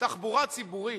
תחבורה ציבורית,